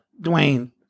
Dwayne